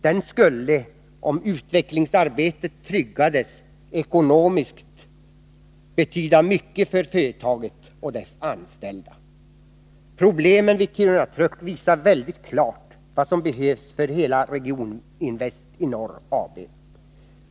Den skulle, om utvecklingsarbetet tryggades ekonomiskt, betyda mycket för företaget och dess anställda. Problemen vid Kiruna Truck visar väldigt klart vad som behövs för hela Regioninvest i Norr AB.